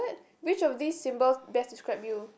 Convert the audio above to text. what which of these symbols best describe you